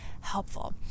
helpful